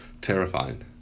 terrifying